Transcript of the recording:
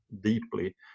deeply